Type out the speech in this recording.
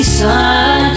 sun